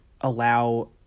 allow